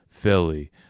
Philly